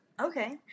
Okay